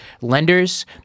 lenders